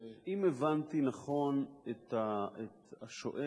אם הבנתי נכון את השואל,